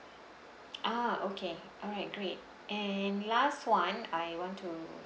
ah okay alright great and last [one] I want to